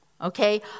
okay